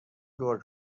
گرگ